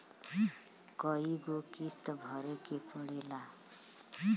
कय गो किस्त भरे के पड़ेला?